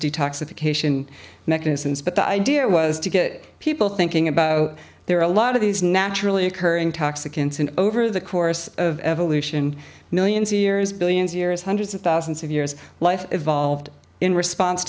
detoxification mechanisms but the idea was to get people thinking about there are a lot of these naturally occurring toxicants and over the course of evolution millions of years billions of years hundreds of thousands of years life evolved in response